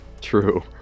True